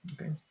Okay